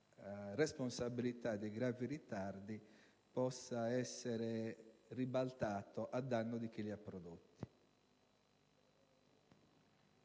responsabilità dei gravi ritardi, possa essere ribaltato a danno di chi li ha prodotti.